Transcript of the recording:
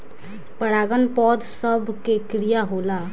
परागन पौध सभ के क्रिया होला